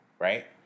Right